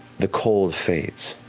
the cold fades.